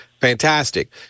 fantastic